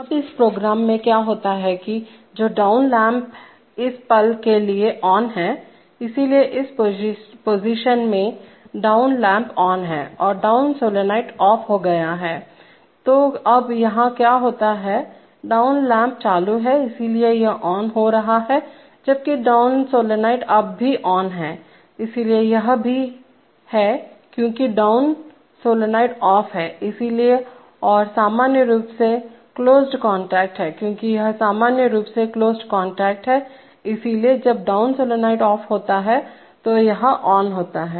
अब इस प्रोग्राम में क्या होता है कि जो डाउन लैंप इस पल के लिए ऑन है इसलिए इस पोजीशन में डाउन लैंप ऑन है और डाउन सॉलॉइड ऑफ हो गया है तो अब यहाँ क्या होता है डाउन लैंप चालू है इसलिए यह ऑन हो जाता है जबकि डाउन सोलेनोइड अब भी ऑन है इसलिए यह भी है क्योंकि डाउन सोलनॉइड ऑफ है इसलिए और यह सामान्य रूप से क्लोज्ड कांटेक्ट है क्योंकि यह सामान्य रूप से क्लोज्ड कांटेक्ट हैइसलिए जब डाउन सोलनॉइड ऑफ होता है तो यह ऑन है